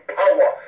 power